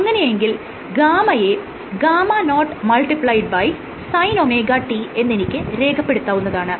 അങ്ങനെയെങ്കിൽ γ യെ γ0sinωt എന്നെനിക്ക് രേഖപെടുത്താവുന്നതാണ്